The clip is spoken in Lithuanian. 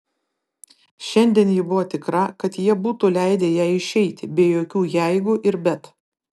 šiandien ji buvo tikra kad jie būtų leidę jai išeiti be jokių jeigu ir bet